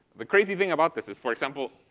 the crazy thing about this is, for example,